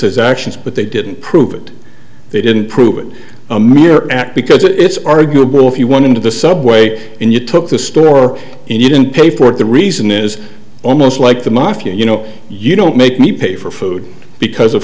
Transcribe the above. his actions but they didn't prove it they didn't prove it a mere act because it's arguable if you want into the subway and you took the store and you didn't pay for it the reason is almost like the mafia you know you don't make me pay for food because of